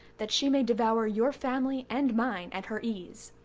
that she may devour your family and mine at her ease.